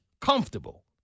comfortable